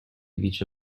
vice